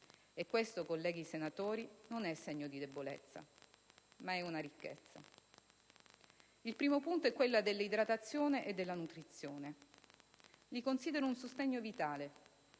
E questo, colleghi senatori, non è segno di debolezza, ma è una ricchezza. Il primo punto è quello dell'idratazione e della nutrizione. Li considero un sostegno vitale